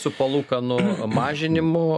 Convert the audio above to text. su palūkanų mažinimu